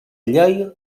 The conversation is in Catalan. llei